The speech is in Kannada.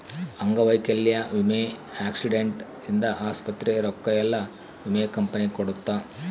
ಅಂಗವೈಕಲ್ಯ ವಿಮೆ ಆಕ್ಸಿಡೆಂಟ್ ಇಂದ ಆಸ್ಪತ್ರೆ ರೊಕ್ಕ ಯೆಲ್ಲ ವಿಮೆ ಕಂಪನಿ ಕೊಡುತ್ತ